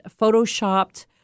photoshopped